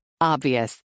Obvious